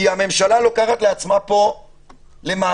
כי הממשלה לוקחת לעצמה פה למעשה